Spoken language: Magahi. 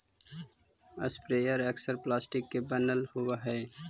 स्प्रेयर अक्सर प्लास्टिक के बनल होवऽ हई